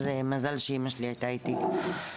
זה מזל שאמא שלי הייתה איתי.